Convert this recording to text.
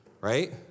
right